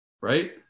Right